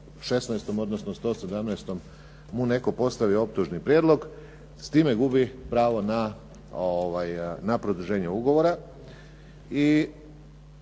16., odnosno 117. mu netko postavi optužni prijedlog, s time gubi pravo na produženje ugovora